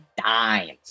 dimes